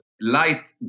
light